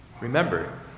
Remember